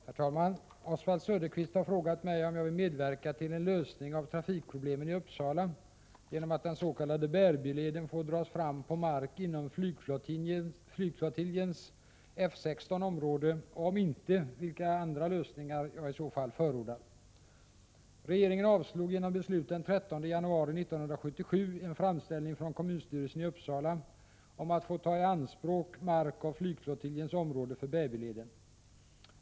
Herr talman! Oswald Söderqvist har frågat mig om jag vill medverka till en lösning av trafikproblemen i Uppsala genom att den s.k. Bärbyleden får dras fram på mark inom flygflottiljens område och, om så inte är fallet, vilka andra lösningar jag då förordar. Regeringen avslog genom beslut den 13 januari 1977 en framställning från kommunstyrelsen i Uppsala om att få ta i anspråk mark inom flygflottiljens område för Bärbyleden.